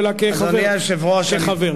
אלא כחבר.